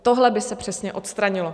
Tohle by se přesně odstranilo.